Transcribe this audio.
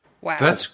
Wow